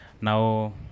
now